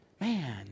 man